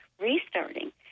restarting